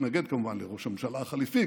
שהתנגד כמובן לראש הממשלה החליפי,